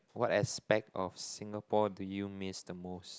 what aspect of Singapore do you miss the most